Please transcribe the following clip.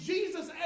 Jesus